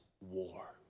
war